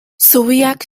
zubiak